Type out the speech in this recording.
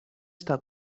està